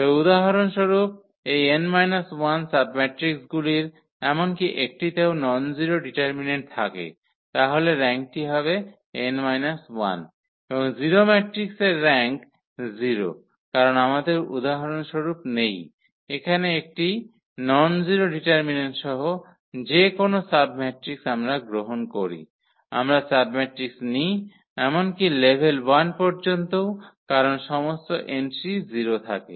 তবে উদাহরণস্বরূপ এই n 1 সাবমেট্রিকসগুলির এমনকি একটিতেও ননজিরো ডিটারমিন্যান্ট থাকে তাহলে র্যাঙ্কটি হবে n 1 এবং 0 ম্যাট্রিক্সের র্যাঙ্ক 0 কারণ আমাদের উদাহরণস্বরূপ নেই এখানে এটি ননজারো ডিটারমিন্যান্ট সহ যে কোনও সাবম্যাট্রিক্স আমরা গ্রহণ করি আমরা সাবমেট্রিক্স নিই এমনকি লেভেল 1 পর্যন্তও কারন সমস্ত এন্ট্রিই 0 থাকে